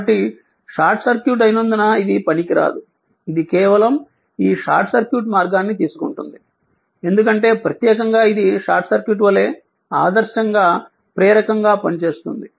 కాబట్టి short circuit అయినందున ఇది పనికిరాదు ఇది కేవలం ఈ షార్ట్ సర్క్యూట్ మార్గాన్ని తీసుకుంటుంది ఎందుకంటే ప్రత్యేకంగా ఇది షార్ట్ సర్క్యూట్ వలె ఆదర్శంగా ప్రేరకంగా పనిచేస్తుంది